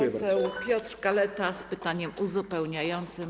Pan poseł Piotr Kaleta z pytaniem uzupełniającym.